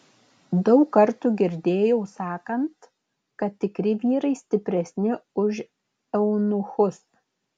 daug kartų girdėjau sakant kad tikri vyrai stipresni už eunuchus